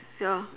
ya